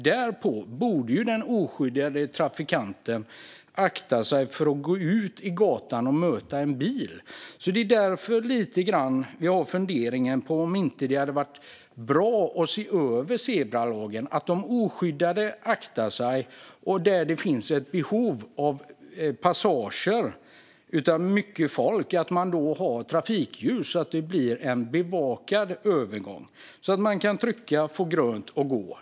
Därför borde den oskyddade trafikanten akta sig för att gå ut i gatan och möta en bil. Det är därför jag funderar lite grann på om det inte hade varit bra att se över zebralagen. De oskyddade skulle kunna akta sig, och där det passerar mycket folk skulle man kunna ha trafikljus, så att det blir en bevakad övergång. Då kan man trycka, få grönt och gå.